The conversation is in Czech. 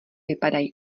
vypadají